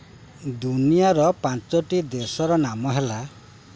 Pakistan chain Nepal Bhutan Bangladesh